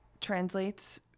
translates